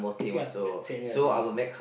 ya same here same here